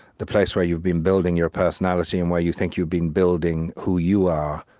the place where you've been building your personality and where you think you've been building who you are,